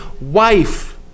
wife